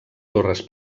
torres